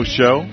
show